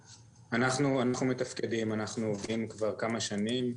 אנחנו מתפקדים, אנחנו עובדים כבר כמה שנים.